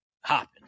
hopping